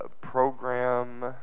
program